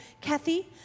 Kathy